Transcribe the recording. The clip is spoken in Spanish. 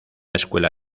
escuela